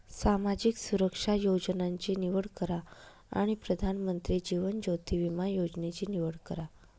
सामाजिक सुरक्षा योजनांची निवड करा आणि प्रधानमंत्री जीवन ज्योति विमा योजनेची निवड करा